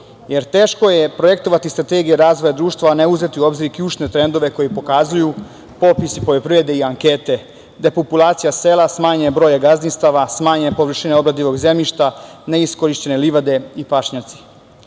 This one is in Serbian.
jer teško je projektovati strategiju razvoja društva, a ne uzeti u obzir ključne trendove koji pokazuju popis poljoprivrede i ankete, depopulacija sela, smanjenog broja gazdinstava, smanjene površine obradivog zemljišta, neiskorišćene livade i pašnjaci. Popis